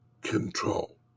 control